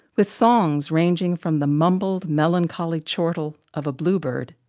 with songs ranging from the mumbled melancholy chortle of a bluebird,